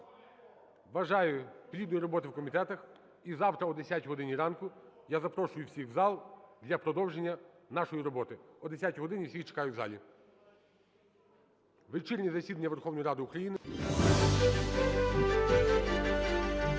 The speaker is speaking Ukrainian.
бажаю плідної роботи в комітетах. І завтра о 10 годині ранку я запрошую всіх в зал для продовження нашої роботи. О 10 годині всіх чекаю в залі. Вечірнє засідання Верховної Ради України